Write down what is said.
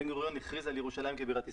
בן גוריון הכריז על ירושלים כמדינת ישראל.